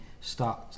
start